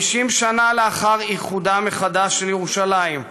50 שנה לאחר איחודה מחדש של ירושלים,